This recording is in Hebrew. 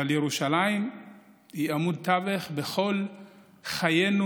אבל ירושלים היא עמוד התווך בכל חיינו